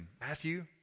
Matthew